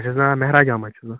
اَسہِ حظ ناو محراج احمد چھُس بہٕ